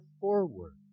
forward